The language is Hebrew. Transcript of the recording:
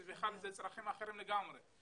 שזה בכלל אזרחים אחרים לגמרי.